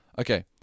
Okay